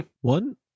One